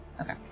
Okay